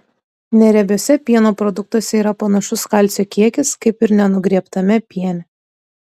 neriebiuose pieno produktuose yra panašus kalcio kiekis kaip ir nenugriebtame piene